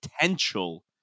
potential